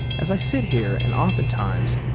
as i sit here, and oftentimes,